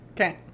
Okay